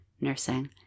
nursing